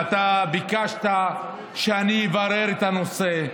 ואתה ביקשת שאני אברר את הנושא.